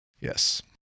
Yes